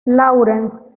laurence